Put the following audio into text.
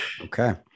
Okay